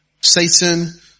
Satan